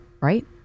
right